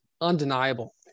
Undeniable